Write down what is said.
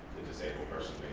disabled person